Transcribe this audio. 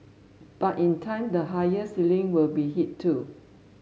but in time the higher ceiling will be hit too